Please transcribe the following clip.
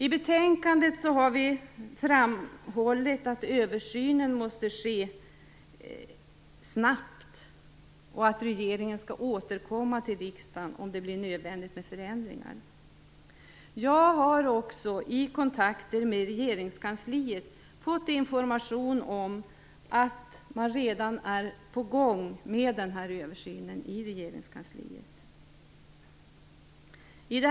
I betänkandet har vi framhållit att översynen måste ske snabbt och att regeringen skall återkomma till riksdagen om det blir nödvändigt med förändringar. Jag har också i kontakter med regeringskansliet fått information om att man redan är på gång med den här översynen i regeringskansliet.